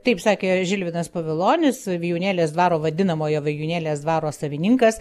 taip sakė žilvinas povilonis vijūnėlės dvaro vadinamojo vijūnėlės dvaro savininkas